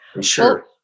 Sure